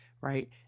right